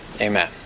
Amen